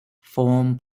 form